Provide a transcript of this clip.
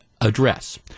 address